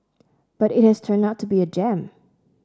but it has turned out to be a gem